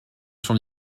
son